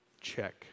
Check